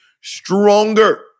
stronger